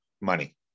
money